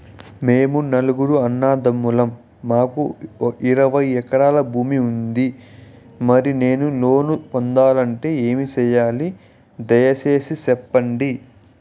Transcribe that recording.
మేము నలుగురు అన్నదమ్ములం మాకు ఇరవై ఎకరాల భూమి ఉంది, మరి నేను లోను పొందాలంటే ఏమి సెయ్యాలి? దయసేసి సెప్పండి?